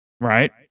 right